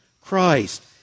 Christ